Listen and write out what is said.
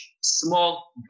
small